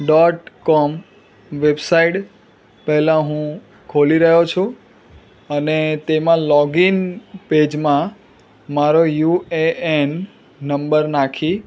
dot com website પહેલાં હું ખોલી રહ્યો છું અને તેમાં લૉગિન પેજમાં મારો યુએએન નંબર નાખી